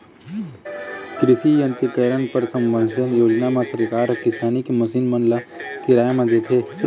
कृषि यांत्रिकीकरन पर सबमिसन योजना म सरकार ह किसानी के मसीन मन ल किराया म देथे